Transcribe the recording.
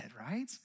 right